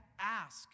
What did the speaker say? ask